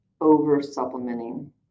over-supplementing